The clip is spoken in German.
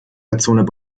dreißiger